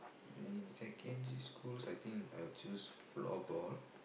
then in secondary school I think I choose floor ball